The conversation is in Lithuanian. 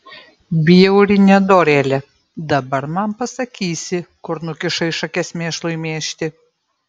bjauri nedorėle dabar man pasakysi kur nukišai šakes mėšlui mėžti